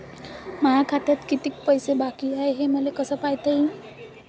माया खात्यात कितीक पैसे बाकी हाय हे मले कस पायता येईन?